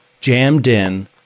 jammed-in